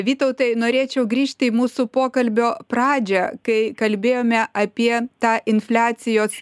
vytautai norėčiau grįžti į mūsų pokalbio pradžią kai kalbėjome apie tą infliacijos